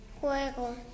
Juego